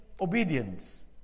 obedience